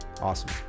Awesome